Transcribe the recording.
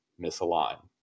misalign